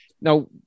now